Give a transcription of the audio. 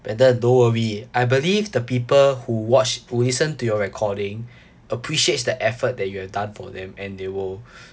brandon don't worry I believe the people who watch who listen to your recording appreciates the effort that you have done for them and they will